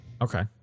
Okay